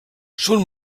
són